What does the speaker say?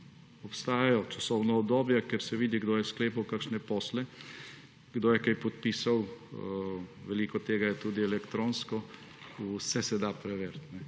Obstajajo časovna obdobja, kjer se vidi, kdo je sklepal kakšne posle, kdo je kaj podpisal, veliko tega je tudi elektronsko. Vse se da preveriti